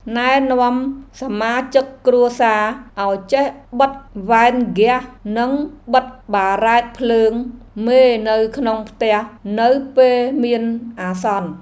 ណែនាំសមាជិកគ្រួសារឱ្យចេះបិទវ៉ានហ្គាសនិងបិទបារ៉ែតភ្លើងមេនៅក្នុងផ្ទះនៅពេលមានអាសន្ន។